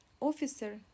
officer